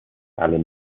alan